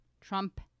Trump